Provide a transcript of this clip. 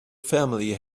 family